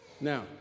Now